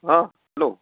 hello